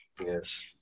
Yes